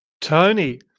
Tony